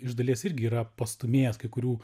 iš dalies irgi yra pastūmėjęs kai kurių